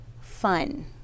fun